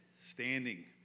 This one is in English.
standing